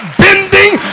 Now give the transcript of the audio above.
bending